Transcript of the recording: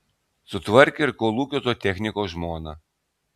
sutvarkė ir kolūkio zootechniko žmoną